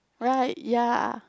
right ya